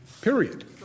period